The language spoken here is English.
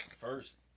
First